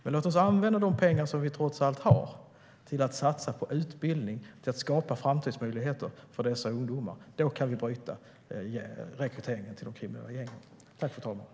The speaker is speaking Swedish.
Men låt oss använda de pengar som vi trots allt har till att satsa på utbildning och skapa framtidsmöjligheter för dessa ungdomar. Då kan vi bryta rekryteringen till de kriminella gängen.